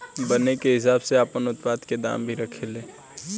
बने के हिसाब से आपन उत्पाद के दाम भी रखे ले